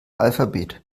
alphabet